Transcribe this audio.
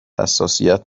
حساسیت